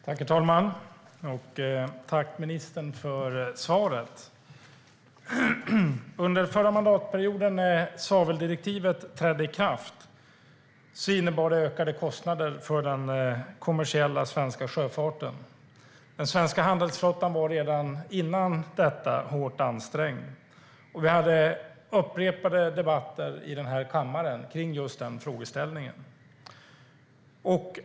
Herr talman! Tack, ministern, för svaret! När svaveldirektivet trädde i kraft under förra mandatperioden innebar det ökade kostnader för den kommersiella svenska sjöfarten. Den svenska handelsflottan var redan innan dess hårt ansträngd. Vi hade upprepade debatter i den här kammaren om just den frågeställningen.